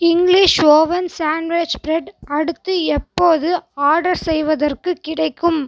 English oven sandwich bread அடுத்து எப்போது order செய்வதற்குக் கிடைக்கும்